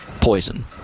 poison